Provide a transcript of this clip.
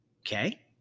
Okay